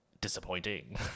disappointing